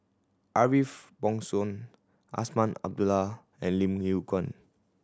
Ariff Bongso Azman Abdullah and Lim Yew Kuan